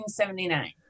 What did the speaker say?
1979